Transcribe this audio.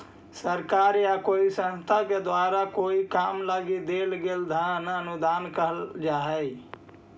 सरकार या कोई संस्थान के द्वारा कोई काम लगी देल गेल धन अनुदान कहल जा हई